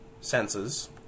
senses